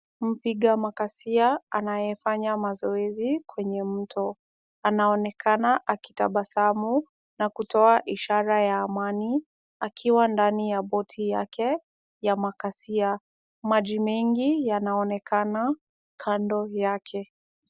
Mpiga makasia anayefanya mazoezi kwenye mto. Anaonekana akitabasamu, na kutoa ishara ya amani akiwa ndani ya boti yake ya makasia. Maji mengi yanaonekana kando yake.